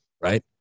right